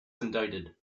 indicted